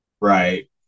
Right